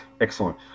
excellent